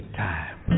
time